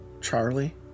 Charlie